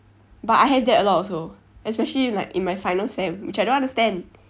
but I have that a lot also especially like in my final sem which I don't understand